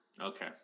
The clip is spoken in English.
Okay